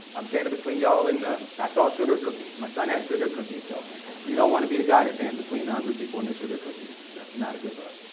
i'm standing between you all, and i saw sugar cookies. my son has sugar cookies. so you don't want to be the guy that stands between the hungry people and their sugar cookies, that is not a good look.